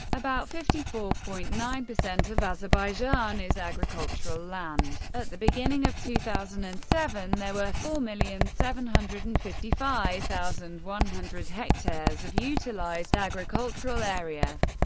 about fifty four point nine percent of azerbaijan is agricultural land. at the beginning of two thousand and seven there were four million seven hundred and fifty five thousand one hundred hectares of utilized agricultural area.